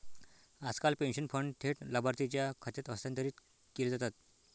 आजकाल pension fund थेट लाभार्थीच्या खात्यात हस्तांतरित केले जातात